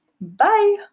Bye